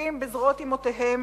עטופים בזרועות אמותיהם,